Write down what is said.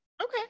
Okay